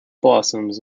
blossoms